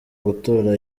gutora